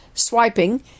swiping